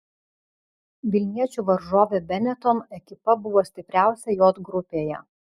vilniečių varžovė benetton ekipa buvo stipriausia j grupėje